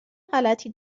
غلطی